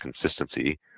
consistency